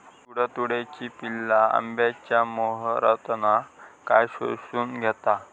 तुडतुड्याची पिल्ला आंब्याच्या मोहरातना काय शोशून घेतत?